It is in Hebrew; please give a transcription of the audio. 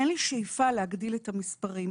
אין לי שאיפה להגדיל את המספרים.